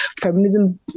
feminism